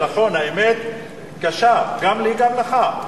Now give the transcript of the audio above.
האמת קשה, גם לי וגם לך.